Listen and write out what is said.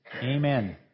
Amen